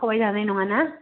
खमायजानाय नङा ना